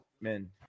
men